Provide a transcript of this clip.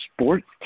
sports